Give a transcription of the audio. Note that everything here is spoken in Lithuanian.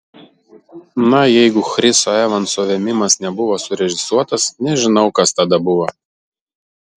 na jeigu chriso evanso vėmimas nebuvo surežisuotas nežinau kas tada buvo